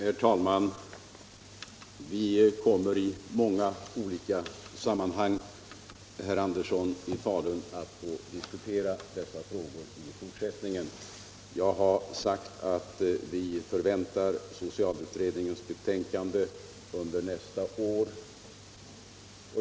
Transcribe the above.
Herr talman! Vi kommer i många olika sammanhang, herr Andersson i Falun, att få diskutera dessa frågor i fortsättningen. Jag har sagt att vi väntar socialutredningens betänkande under nästa år.